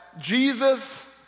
Jesus